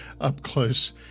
up-close